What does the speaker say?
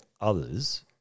others